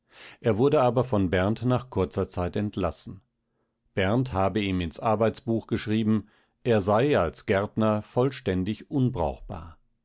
er wurde aber von berndt nach kurzer zeit entlassen berndt habe ihm ins arbeitsbuch geschrieben er sei als gärtner vollständig unbrauchbar